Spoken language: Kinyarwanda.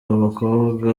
abakobwa